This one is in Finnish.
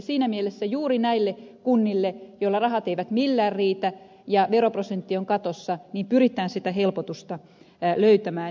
siinä mielessä juuri näille kunnille joilla rahat eivät millään riitä ja veroprosentti on katossa pyritään sitä helpotusta löytämään